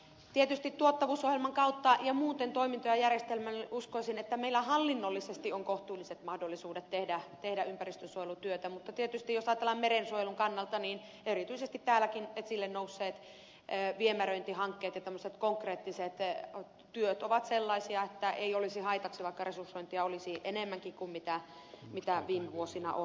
tietysti tuottavuusohjelman kautta ja muuten toimintoja järjestelemällä uskoisin että meillä hallinnollisesti on kohtuulliset mahdollisuudet tehdä ympäristönsuojelutyötä mutta tietysti jos ajatellaan merensuojelun kannalta erityisesti täälläkin esille nousseet viemäröintihankkeet ja tämmöiset konkreettiset työt ovat sellaisia että ei olisi haitaksi vaikka resursointia olisi enemmänkin kuin viime vuosina on ollut